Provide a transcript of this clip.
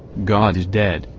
god is dead,